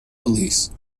police